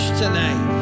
tonight